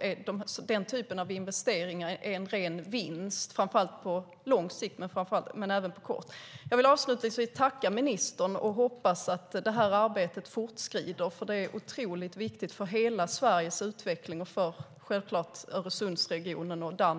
är den typen av investeringar en ren vinst på både lång och kort sikt. Jag vill avslutningsvis tacka ministern, och jag hoppas att arbetet fortskrider. Det är otroligt viktigt för hela Sveriges utveckling och självklart för Öresundsregionen och Danmark.